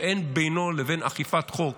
שאין בינו לבין אכיפת חוק